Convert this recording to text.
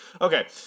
Okay